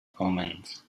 omens